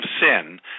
sin